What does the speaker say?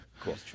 Cool